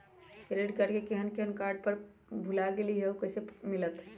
Credit card केहन अपन card के पिन भुला गेलि ह त उ कईसे मिलत?